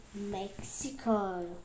Mexico